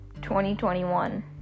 2021